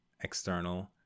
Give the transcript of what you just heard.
external